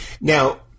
Now